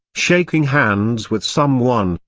shaking hands with someone,